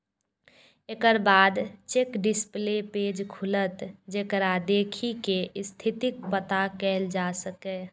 एकर बाद check display page खुलत, जेकरा देखि कें स्थितिक पता कैल जा सकैए